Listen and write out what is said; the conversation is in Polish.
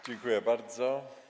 Dziękuję bardzo.